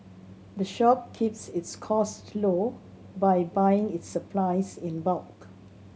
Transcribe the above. the shop keeps its costs low by buying its supplies in bulk